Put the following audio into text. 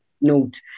Note